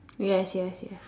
yes yes ya